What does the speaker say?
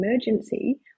emergency